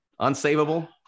unsavable